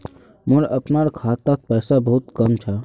मोर अपनार खातात पैसा बहुत कम छ